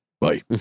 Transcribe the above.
Bye